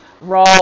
raw